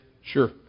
Sure